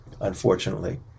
unfortunately